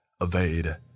Evade